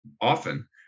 often